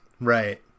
right